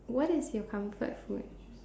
what is your comfort food